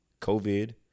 covid